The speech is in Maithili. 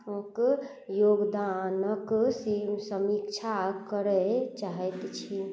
योगदानक सीमित समीक्षा करय चाहैत छी